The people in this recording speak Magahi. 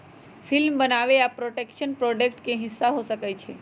फिल्म बनाबे आ प्रोडक्शन प्रोजेक्ट के हिस्सा हो सकइ छइ